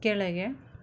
ಕೆಳಗೆ